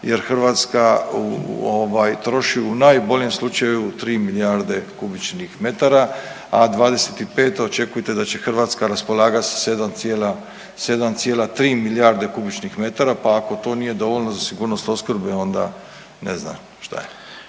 jer Hrvatska ovaj troši u najboljem slučaju 3 milijarde m3, a '25. očekujte da će Hrvatska raspolagat sa 7 cijela, 7,3 milijarde m3, pa ako to nije dovoljno za sigurnost opskrbe onda ne znam šta je.